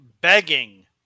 begging